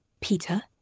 Peter